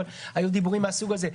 אבל היו דיבורים מהסוג הזה.